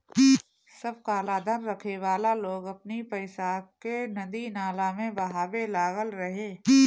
सब कालाधन रखे वाला लोग अपनी पईसा के नदी नाला में बहावे लागल रहे